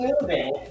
moving